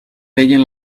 veien